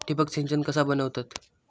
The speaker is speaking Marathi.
ठिबक सिंचन कसा बनवतत?